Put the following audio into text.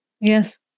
Yes